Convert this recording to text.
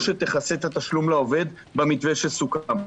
שתכסה את התשלום לעובד במתווה שסוכם.